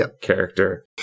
character